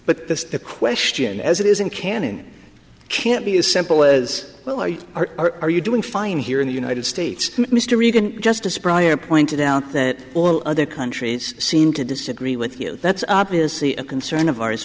but this question as it is in can and can't be as simple as well i r r are you doing fine here in the united states mr reagan justice brian pointed out that all other countries seem to disagree with you that's obviously a concern of ours